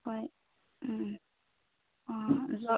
হয় অঁ জ্বৰ